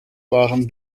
waren